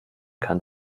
kann